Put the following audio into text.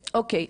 אוקיי,